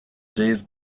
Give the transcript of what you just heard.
days